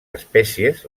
espècies